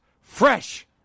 fresh